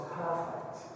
perfect